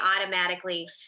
automatically